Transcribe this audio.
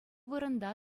вырӑнта